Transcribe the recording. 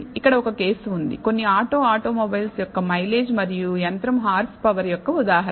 ఇక్కడ ఒక కేసు ఉంది కొన్ని ఆటో ఆటోమొబైల్స్ యొక్క మైలేజ్ మరియు యంత్రము హార్స్ పవర్ యొక్క ఉదాహరణ